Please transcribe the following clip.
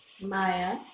Maya